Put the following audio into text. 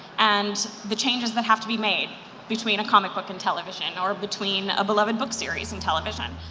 and the changes that have to be made between a comic book and television, or between a beloved book series and television.